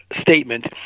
statement